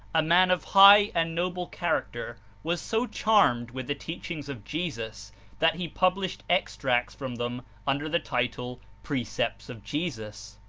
a man of high and noble character, was so charmed with the teachings of jesus that he published extracts from them under the title precepts of jesus.